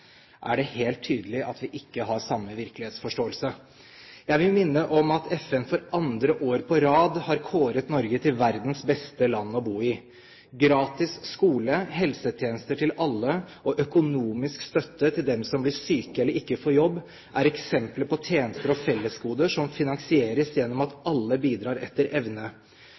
er det helt tydelig at vi ikke har samme virkelighetsforståelse. Jeg vil minne om at FN for andre år på rad har kåret Norge til verdens beste land å bo i. Gratis skole, helsetjenester til alle og økonomisk støtte til dem som blir syke eller ikke får jobb, er eksempler på tjenester og fellesgoder som finansieres gjennom at alle bidrar etter evne.